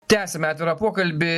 tęsime atvirą pokalbį